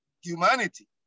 humanity